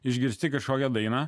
išgirsti kažkokią dainą